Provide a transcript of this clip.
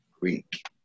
Greek